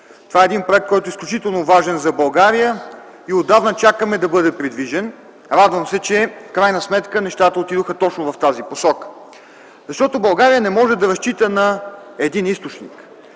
Това е един проект, който е изключително важен за България и отдавна чакаме да бъде придвижен. Радвам се, че в крайна сметка нещата отидоха точно в тази посока, защото България не може да разчита на един източник.